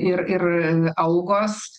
ir ir algos